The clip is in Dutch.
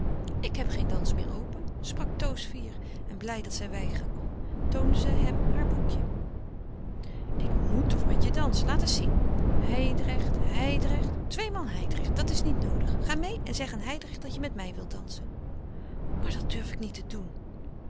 ik heb geen dans meer open sprak toos fier en blij dat zij weigeren kon toonde zij hem haar boekje ik moet toch met je dansen laat eens zien hijdrecht hijdrecht tweemaal hijdrecht dat is niet noodig ga meê en zeg aan hijdrecht dat je met mij wilt dansen maar dat durf ik niet doen